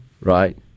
right